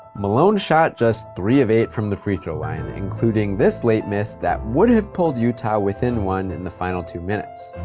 malone shot just three of eight from the free throw line, including this late miss that would have pulled utah within one in the final two minutes.